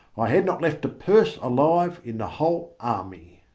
i had not left a purse alive in the whole army.